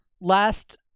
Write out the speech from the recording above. last